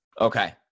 Okay